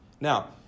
Now